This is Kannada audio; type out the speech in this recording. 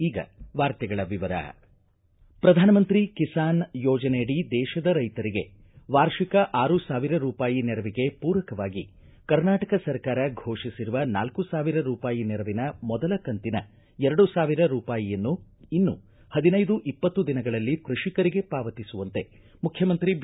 ಈಗ ವಾರ್ತೆಗಳ ವಿವರ ಪ್ರಧಾನಮಂತ್ರಿ ಕಿಸಾನ್ ಯೋಜನೆಯಡಿ ದೇಶದ ರೈಶರಿಗೆ ವಾರ್ಷಿಕ ಆರು ಸಾವಿರ ರೂಪಾಯಿ ನೆರವಿಗೆ ಪೂರಕವಾಗಿ ಕರ್ನಾಟಕ ಸರ್ಕಾರ ಘೋಷಿಸಿರುವ ನಾಲ್ಕು ಸಾವಿರ ರೂಪಾಯಿ ನೆರವಿನ ಮೊದಲ ಕಂತಿನ ಎರಡು ಸಾವಿರ ರೂಪಾಯಿಯನ್ನು ಇನ್ನು ಪದಿನೈದು ಇಪ್ಪತ್ತು ದಿನಗಳಲ್ಲಿ ಕೃಷಿಕರಿಗೆ ಪಾವತಿಸುವಂತೆ ಮುಖ್ಯಮಂತ್ರಿ ಬಿ